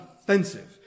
offensive